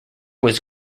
was